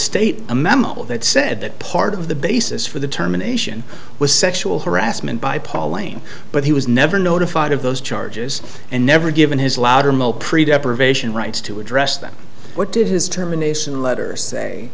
state a memo that said that part of the basis for the terminations was sexual harassment by paul lane but he was never notified of those charges and never given his loudermilk pre death pervasion rights to address them what did his terminations letters say